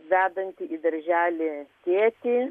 vedantį į darželį tėtį